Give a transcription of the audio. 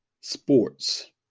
sports